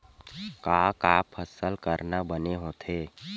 का का फसल करना बने होथे?